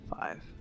five